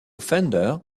fender